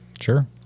sure